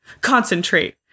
concentrate